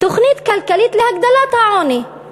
תוכנית כלכלית להגדלת העוני.